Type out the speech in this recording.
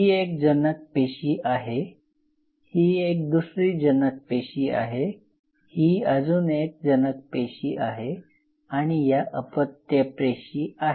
ही एक जनक पेशी आहे ही एक दुसरी जनक पेशी आहे ही अजून एक जनक पेशी आहे आणि ह्या अपत्य पेशी आहे